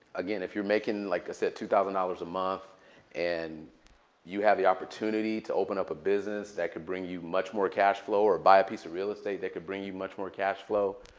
again, if you're making, like i said, two thousand dollars a month and you have the opportunity to open up a business that could bring you much more cash flow or buy a piece of real estate that could bring you much more cash flow,